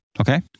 Okay